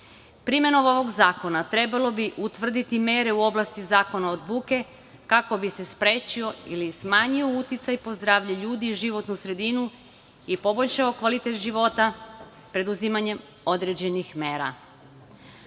zakona. Primenom ovog zakona trebalo bi utvrditi mere u oblasti zakona od buke, kako bi se sprečio ili smanjio uticaj po zdravlje ljudi i životnu sredinu i poboljšao kvalitet života preduzimanjem određenih mera. Kao